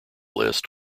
list